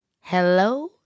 hello